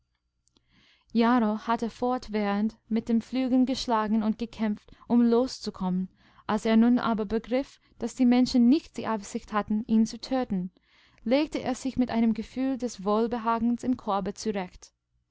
jarro hatte fortwährend mit den flügeln geschlagen und gekämpft um loszukommen als er nun aber begriff daß die menschen nicht die absicht hatten ihn zu töten legte er sich mit einem gefühl des wohlbehagens im korbezurecht